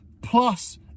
Plus